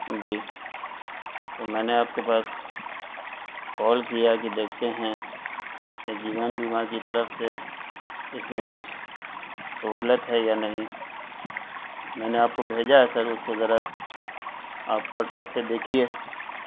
جی تو میں نے آپ کے پاس کال کیا کہ دیکھتے ہیں کہ جیون بیما کی طرف سے اس میں کچھ سہولت ہے یا نہیں میں نے آپ کو بھیجا ہے سر اس کو ذرا آپ واٹسپ پہ دیکھیے